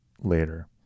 later